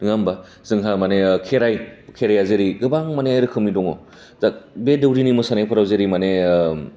नङा होनबा जोंहा माने खेराय खेराया जेरै गोबां माने रोखोमनि दं दा बे दौदिनि मोसानायफोराव मानि